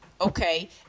okay